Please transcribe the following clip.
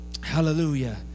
hallelujah